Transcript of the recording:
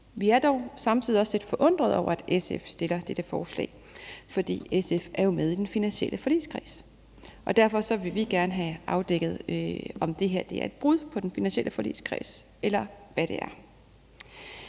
Vi er dog samtidig også lidt forundrede over, at SF fremsætter dette forslag, for SF er jo med i den finansielle forligskreds. Derfor vil vi gerne have afdækket, om det her er et brud på den finansielle forligskreds, eller hvad det er.